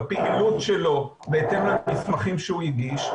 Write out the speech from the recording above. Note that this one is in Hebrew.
בפעילות שלו בהתאם למסמכים שהוא הגיש,